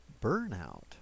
burnout